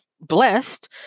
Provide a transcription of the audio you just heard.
blessed